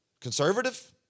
conservative